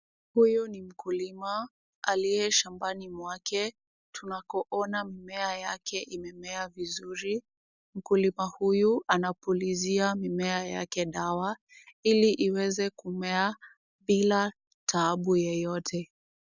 Huyu ni mkulima aliye shambani mwake tunakoona mimea yake imemea vizuri. Mkulima huyu anapulizia mimea yake dawa, ili iweze kumea bila taabu yoyote.